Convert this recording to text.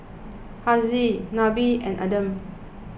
Haziq Nabil and Adam